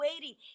waiting